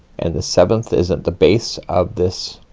and the seventh is at the base of this,